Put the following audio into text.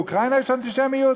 באוקראינה יש אנטישמיות?